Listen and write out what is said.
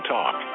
Talk